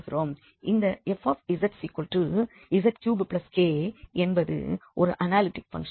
இந்த fzz3k என்பது ஒரு அனாலிட்டிக் பங்க்ஷன்